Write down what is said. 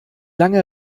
lange